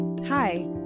Hi